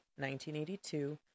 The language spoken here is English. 1982